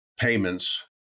payments